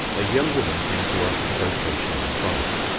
a young woman came to us for vocational advice.